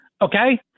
okay